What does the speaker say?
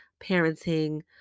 parenting